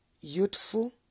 youthful